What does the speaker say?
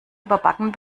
überbacken